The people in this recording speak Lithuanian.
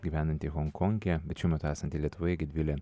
gyvenanti honkonge bet šiuo metu esanti lietuvoje gedvilė